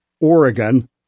Oregon